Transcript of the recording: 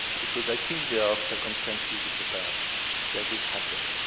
because i think there are circumstances in the past where this happened.